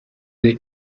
the